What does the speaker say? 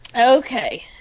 Okay